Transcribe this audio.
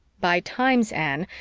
by times, anne,